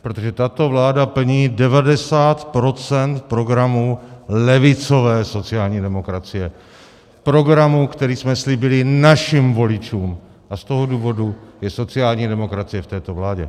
Protože tato vláda plní 90 % programu levicové sociální demokracie, programu, který jsme slíbili našim voličům, a z toho důvodu je sociální demokracie v této vládě.